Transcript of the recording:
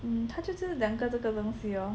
嗯它就这样两个没有别的东西了咯